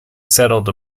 settled